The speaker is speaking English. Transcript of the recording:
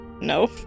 No